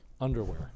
underwear